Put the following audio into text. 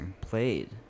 played